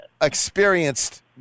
experienced